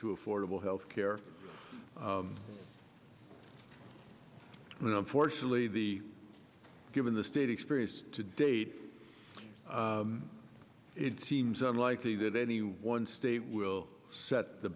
to affordable health care and unfortunately the given the state experience to date it seems unlikely that any one state will set the